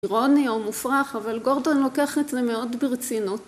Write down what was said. אירוני או מופרך, אבל גורדון לוקח את זה מאוד ברצינות.